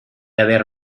haber